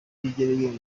bwigere